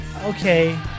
Okay